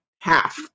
half